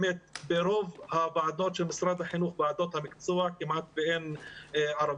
ברוב הוועדות המקצועיות של משרד החינוך כמעט אין ערבים,